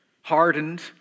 hardened